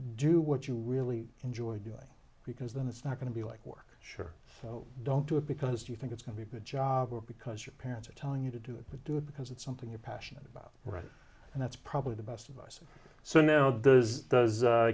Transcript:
do what you really enjoy doing because then it's not going to be like work sure so don't do it because you think it's going to be a job or because your parents are telling you to do it but do it because it's something you're passionate about right and that's probably the best advice so now does does